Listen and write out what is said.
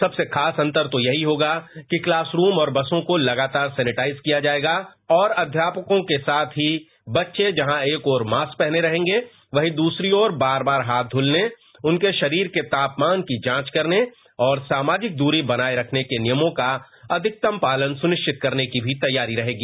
सबसे खास अंतर यह होगा कि क्लासरूम और बसों को लगातार सैनिटाइज किया जाएगा और बच्चे जहां एक और मास्क पहने रहेंगे वहीं दूसरी और बार बार हाथ धुलने उनके शरीर के तापमान की जांच करने और सामाजिक दूरी बनाए रखने के के नियमों का अधिकतम पालन सुनिश्चित करने की तैयारी रहेगी